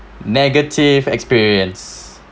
negative experience